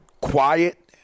quiet